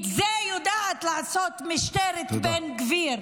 את זה יודעת לעשות משטרת בן גביר.